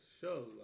show